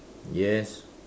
yes